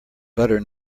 butter